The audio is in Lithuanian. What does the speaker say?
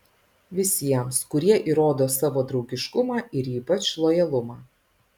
visiems kurie įrodo savo draugiškumą ir ypač lojalumą